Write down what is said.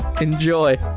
Enjoy